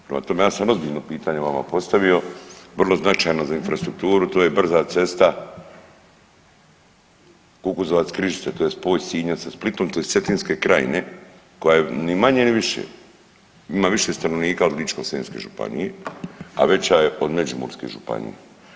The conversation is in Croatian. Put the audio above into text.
Prema tome ja sam ozbiljno pitanje vama postavio, vrlo značajno za infrastrukturu, to je brza cesta Kukuzovac – Križice to je spoj Sinja sa Splitom tj. Cetinske krajine koja je ni manje ni više ima više stanovnika od Ličko-senjske županije, a veća je od Međimurske županije.